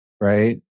right